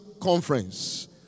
Conference